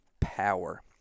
power